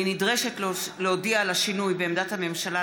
אני נדרשת להודיע על השינוי בעמדת הממשלה